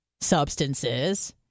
substances